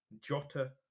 Jota